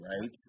right